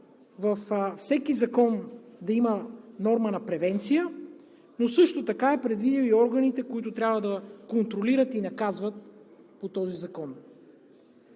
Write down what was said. във всеки закон да има норма на превенция, но също така е предвидил и органите, които трябва да контролират и наказват по този закон.